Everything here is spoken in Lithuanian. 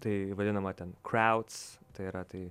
tai vadinama ten krauts tai yra tai